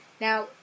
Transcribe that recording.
Now